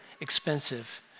expensive